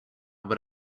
but